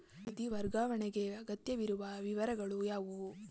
ನಿಧಿ ವರ್ಗಾವಣೆಗೆ ಅಗತ್ಯವಿರುವ ವಿವರಗಳು ಯಾವುವು?